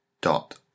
dot